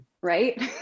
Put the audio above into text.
right